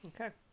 Okay